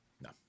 no